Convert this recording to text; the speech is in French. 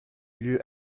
lieu